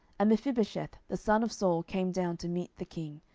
and mephibosheth the son of saul came down to meet the king,